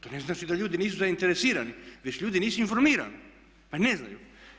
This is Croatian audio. To ne znači da ljudi nisu zainteresirani već ljudi nisu informirani pa ne znaju.